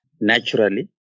naturally